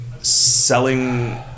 selling